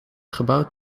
gebouwd